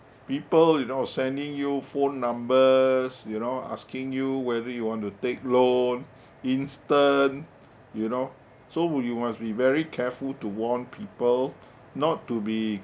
people you know sending you phone numbers you know asking you whether you want to take loan instant you know so will you must be very careful to warn people not to be